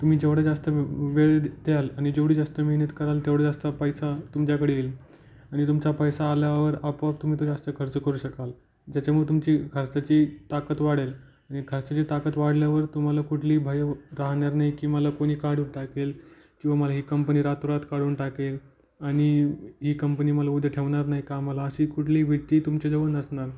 तुम्ही जेवढा जास्त वेळ द्याल आणि जेवढी जास्त मेहनत कराल तेवढा जास्त पैसा तुमच्याकडे येईल आणि तुमचा पैसा आल्यावर आपोआप तुम्ही तो जास्त खर्च करू शकाल ज्याच्यामुळं तुमची खर्चाची ताकत वाढेल आणि खर्चाची ताकत वाढल्यावर तुम्हाला कुठली भय राहणार नाही की मला कोणी काढून टाकेल किंवा मला हे कंपनी रातोरात काढून टाकेल आणि ही कंपनी मला उद्या ठेवणार नाही कामाला अशी कुठलीही भीती तुमच्याजवळ नसणार